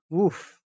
Oof